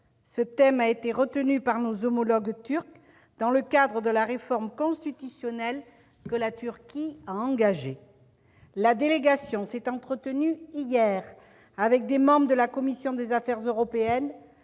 Ce thème a été retenu par nos homologues turcs dans le cadre de la réforme constitutionnelle que la Turquie a engagée. La délégation s'est entretenue hier avec des membres de la commission des affaires européennes,